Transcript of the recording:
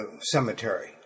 cemetery